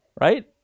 right